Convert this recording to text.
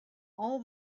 all